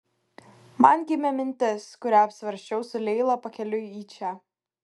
man gimė mintis kurią apsvarsčiau su leila pakeliui į čia